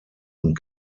und